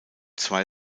zwei